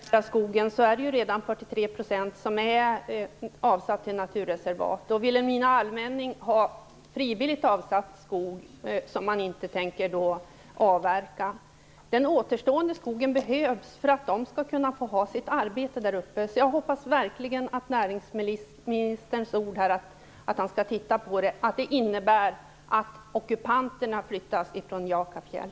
Fru talman! Av den s.k. fjällnära skogen är det ju redan 43 % som är avsatt till naturreservat. Vilhelmina allmänning har frivilligt avsatt skog som man inte tänker avverka. Den återstående skogen behövs för att människor skall kunna behålla sina arbeten däruppe. Därför hoppas jag verkligen att näringsministerns ord, att han skall se över detta, innebär att ockupanterna flyttas från Njaka fjäll.